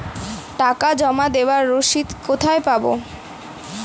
টাকা জমা দেবার রসিদ কোথায় পাব?